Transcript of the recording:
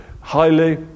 highly